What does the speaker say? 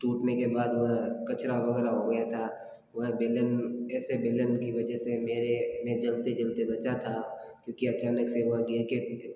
टूटने के बाद वह कचरा वगैरह हो गया था वह बेलन ऐसे बेलन की वजह से मेरे मैं जलते जलते बचा था क्योंकि अचानक से वह गिर के